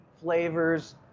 flavors